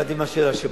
לא הבנתי מה השאלה.